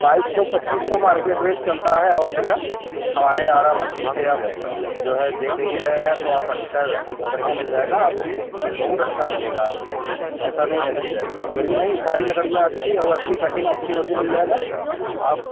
बाईस सौ पच्चीस सौ मार्केट रेट चलता है और जगह हमारे आरा मशीन पर आप ज जो है देख ही रहे हैं तो आप अच्छा बढ़िया मिल जाएगा आप बहुत अच्छा मिलेगा आपको ऐसा नहीं है जीज वही नहीं साड़ी लडकियाँ अच्छी है वह अच्छी कटिंग अच्छी उसमें मिल जाएगा आप